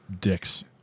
Dicks